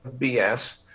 bs